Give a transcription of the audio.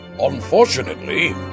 Unfortunately